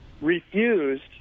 refused